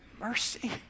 mercy